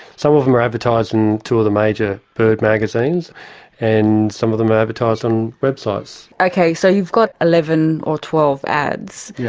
some of them are advertised in two of the major bird magazines and some of them are advertised on websites. ok, so you've got eleven or twelve ads,